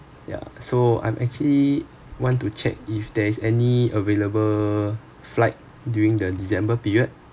ya so I'm actually want to check if there is any available flight during the december period yeah